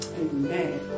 Amen